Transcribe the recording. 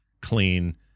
clean